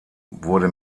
wurde